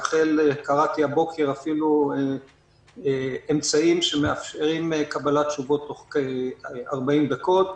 והבוקר קראתי אפילו על אמצעים שמאפשרים קבלת תשובות תוך 40 דקות.